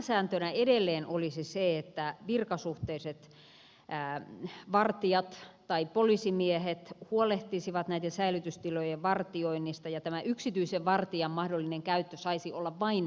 pääsääntönä edelleen olisi se että virkasuhteiset vartijat tai poliisimiehet huolehtisivat näiden säilytystilojen vartioinnista ja tämä yksityisen vartijan mahdollinen käyttö saisi olla vain tilapäistä